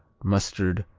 mustard,